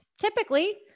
typically